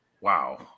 Wow